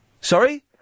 Sorry